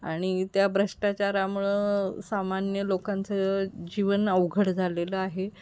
आणि त्या भ्रष्टाचारामुळं सामान्य लोकांचं जीवन अवघड झालेलं आहे